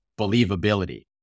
believability